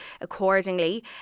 accordingly